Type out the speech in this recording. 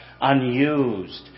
unused